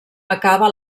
acaba